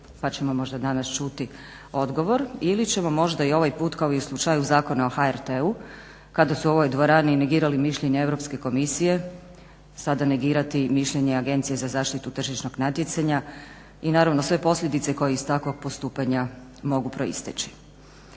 pa ćemo možda danas čuti odgovor ili ćemo možda i ovaj put kao i u slučaju zakona o HRT-u kada su u ovoj dvorani negirali mišljenja Europske komisije sada negirati mišljenje Agencije za zaštitu tržišnog natjecanja i naravno sve posljedice koje iz takvog postupanja mogu proisteći.